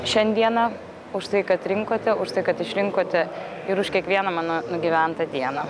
šiandieną už tai kad rinkote už tai kad išrinkote ir už kiekvieną mano nugyventą dieną